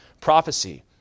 prophecy